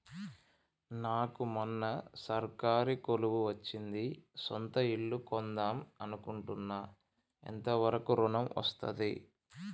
నాకు మొన్న సర్కారీ కొలువు వచ్చింది సొంత ఇల్లు కొన్దాం అనుకుంటున్నా ఎంత వరకు ఋణం వస్తది?